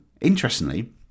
interestingly